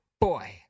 boy